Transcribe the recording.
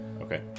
Okay